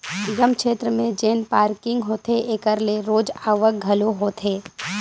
निगम छेत्र में जेन पारकिंग होथे एकर ले रोज आवक घलो होथे